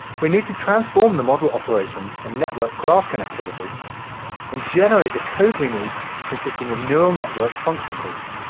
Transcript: we need to transform the model operations and network graph connectivity and generate the code we need consisting of neural network function calls.